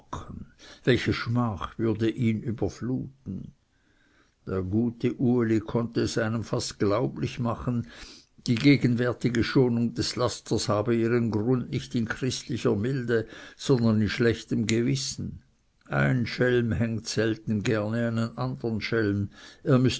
welche schmach würde ihn überfluten der gute uli konnte es einem fast glaublich machen die gegenwärtige schonung des lasters habe ihren grund nicht in christlicher milde sondern in schlechtem gewissen ein schelm hängt selten gerne einen andern schelm er